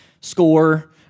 score